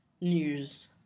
news